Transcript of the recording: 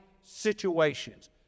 situations